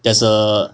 there's a